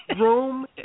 Rome